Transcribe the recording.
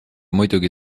muidugi